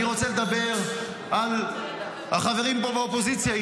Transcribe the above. אני רוצה לדבר על החברים פה באופוזיציה.